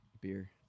Beer